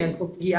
שאין פה פגיעה.